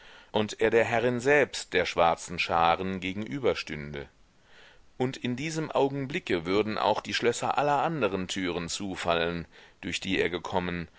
und er der herrin selbst der schwarzen scharen gegenüberstünde und in diesem augenblicke würden auch die schlösser aller anderen türen zufallen durch die er gekommen